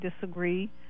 disagree